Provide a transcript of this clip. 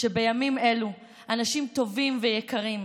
שבימים אלו אנשים טובים ויקרים,